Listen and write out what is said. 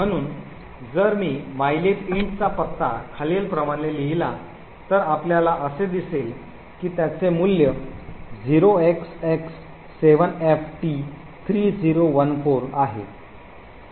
म्हणून जर मी mylib int चा पत्ता खालीलप्रमाणे लिहिला तर आपल्याला असे दिसेल की त्याचे मूल्य 0xX7FT3014 आहे